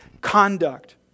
conduct